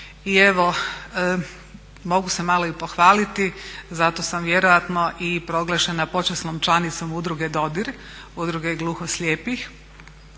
i evo mogu se malo i pohvaliti, zato sam vjerojatno i proglašena počasnom članicom udruge Dodir, udruge gluhoslijepih.